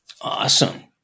Awesome